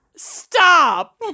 Stop